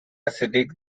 acidic